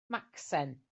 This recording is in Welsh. macsen